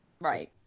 right